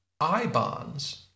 I-bonds